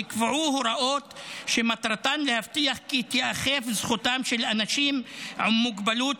נקבעו הוראות שמטרתן להבטיח כי תיאכף זכותם של אנשים עם מוגבלות